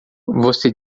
você